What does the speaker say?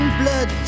blood